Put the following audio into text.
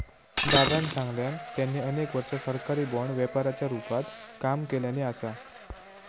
दादानं सांगल्यान, त्यांनी अनेक वर्षा सरकारी बाँड व्यापाराच्या रूपात काम केल्यानी असा